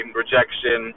rejection